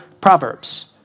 Proverbs